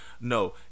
No